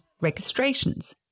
registrations